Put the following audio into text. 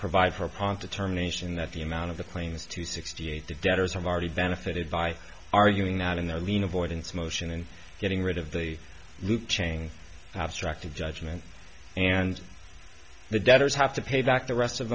provide her prompt a term nation that the amount of the claims to sixty eight the debtors have already benefited by arguing that in their lean avoidance motion and getting rid of the loop cheney abstracted judgment and the debtors have to pay back the rest of